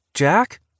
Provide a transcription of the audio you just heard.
Jack